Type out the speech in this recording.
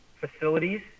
facilities